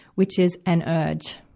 which is an urge,